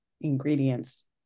ingredients